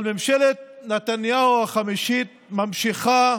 אבל ממשלת נתניהו החמישית ממשיכה